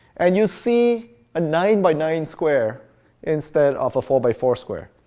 and you see a nine-by-nine square instead of a four-by-four square.